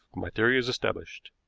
my theory is established.